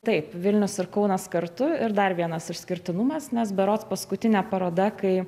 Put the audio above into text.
taip vilnius ir kaunas kartu ir dar vienas išskirtinumas nes berods paskutinė paroda kai